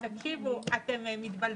תקשיבו, אתם מתבלבלים.